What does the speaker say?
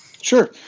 Sure